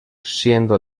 siendo